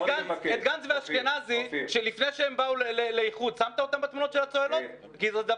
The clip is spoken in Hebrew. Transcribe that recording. את גנץ ואשכנזי -- אני מאוד מבקש,